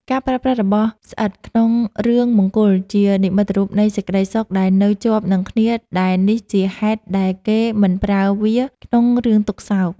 ការប្រើប្រាស់របស់ស្អិតក្នុងរឿងមង្គលជានិមិត្តរូបនៃសេចក្តីសុខដែលនៅជាប់នឹងគ្នាដែលនេះជាហេតុផលដែលគេមិនប្រើវាក្នុងរឿងទុក្ខសោក។